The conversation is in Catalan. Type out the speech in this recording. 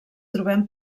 trobem